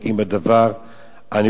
אני רוצה לדעת